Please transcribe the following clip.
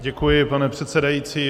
Děkuji, pane předsedající.